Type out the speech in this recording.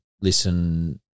listen